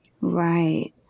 Right